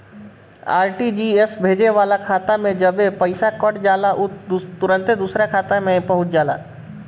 RTGS भेजे वाला के खाता से जबे पईसा कट जाला उ तुरंते दुसरा का खाता में पहुंच जाला